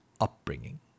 upbringing